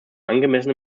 angemessen